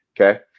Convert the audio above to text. okay